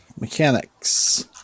mechanics